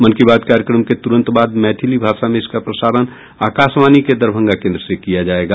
मन की बात कार्यक्रम के तुरंत बाद मैथिली भाषा में इसका प्रसारण आकाशवाणी के दरभंगा केन्द्र से किया जायेगा